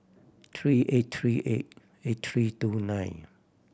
three eight three eight eight three two nine